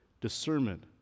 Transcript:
Discernment